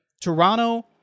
Toronto